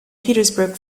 petersburg